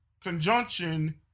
conjunction